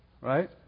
right